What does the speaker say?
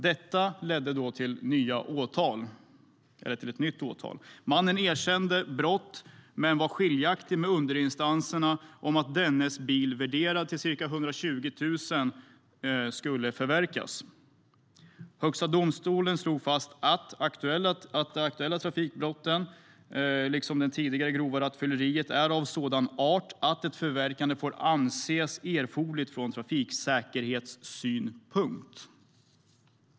Detta ledde då till ett nytt åtal. Mannen erkände brott. Men domstolen var skiljaktig med underinstanserna om att dennes bil, värderad till ca 120 000 kronor, skulle förverkas. Högsta domstolen slog fast att de aktuella trafikbrotten liksom det tidigare grova rattfylleriet är av sådan art att ett förverkande får anses erforderligt från trafiksäkerhetssynpunkt.